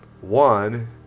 One